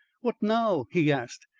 what now? he asked.